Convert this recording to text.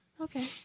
Okay